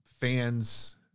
fans